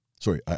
Sorry